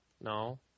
no